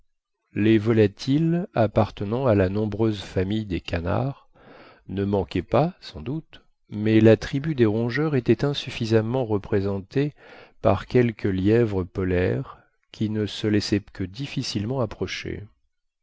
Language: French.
les volatiles appartenant à la nombreuse famille des canards ne manquaient pas sans doute mais la tribu des rongeurs était insuffisamment représentée par quelques lièvres polaires qui ne se laissaient que difficilement approcher